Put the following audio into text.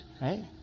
right